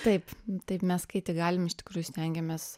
taip taip mes kai tik galim iš tikrųjų stengiamės